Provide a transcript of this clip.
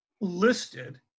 listed